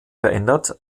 verändert